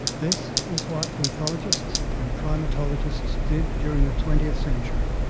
this is what ethologists and primatologists did during the twentieth century.